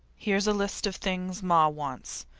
here's a list of things ma wants,